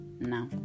Now